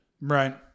Right